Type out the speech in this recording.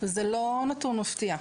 וזה לא נתון מפתיע.